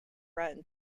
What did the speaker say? run